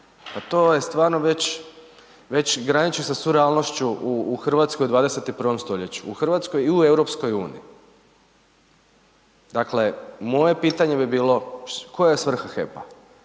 Pa to je stvarno već, već graniči sa surealnošću u Hrvatskoj u 21. stoljeću. U Hrvatskoj i u EU. Dakle, moje pitanje bi bilo koja je svrha HEP-a?